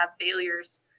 failures